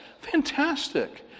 Fantastic